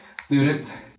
Students